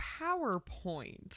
PowerPoint